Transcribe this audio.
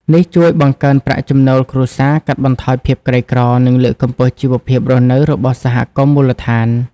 នេះជួយបង្កើនប្រាក់ចំណូលគ្រួសារ កាត់បន្ថយភាពក្រីក្រ និងលើកកម្ពស់ជីវភាពរស់នៅរបស់សហគមន៍មូលដ្ឋាន។